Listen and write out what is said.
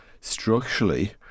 structurally